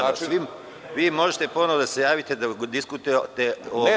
Vi možete ponovo da se javite i da diskutujete.